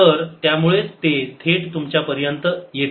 तर त्यामुळेच ते थेट तुमच्या पर्यंत येते